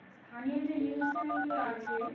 স্থানীয় যে নিউজ চ্যানেলগুলো আছে